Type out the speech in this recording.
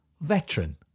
veteran